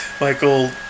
Michael